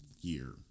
year